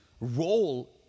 role